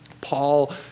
Paul